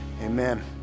Amen